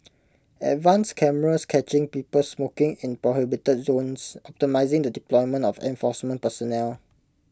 advanced cameras catching people smoking in prohibited zones optimising the deployment of enforcement personnel